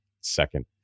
second